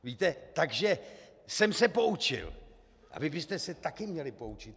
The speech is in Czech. Víte, takže jsem se poučil a vy byste se taky měli poučit.